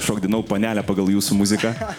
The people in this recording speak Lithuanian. šokdinau panelę pagal jūsų muziką